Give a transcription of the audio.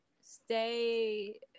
Stay